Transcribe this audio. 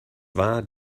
war